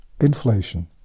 inflation